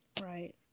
Right